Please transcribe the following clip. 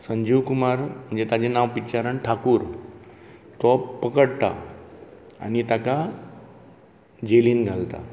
संजीव कुमार म्हणजे ताजे नांव पिक्चरान ठाकूर तो पकडटा आनी ताका जेलीन घालता